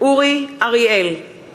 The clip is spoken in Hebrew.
עוזי לנדאו, מתחייב אני